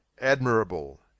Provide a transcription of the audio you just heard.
Admirable